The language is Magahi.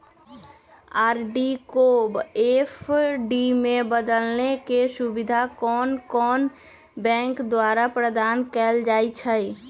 आर.डी को एफ.डी में बदलेके सुविधा कोनो कोनो बैंके द्वारा प्रदान कएल जाइ छइ